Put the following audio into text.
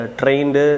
trained